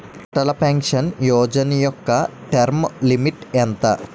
Atal pension Yojana యెక్క term limit ఎంత?